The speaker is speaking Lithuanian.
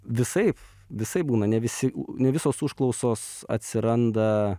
visaip visaip būna ne visi ne visos užklausos atsiranda